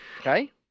okay